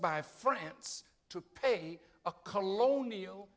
by france to pay a colonial